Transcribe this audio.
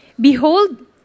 Behold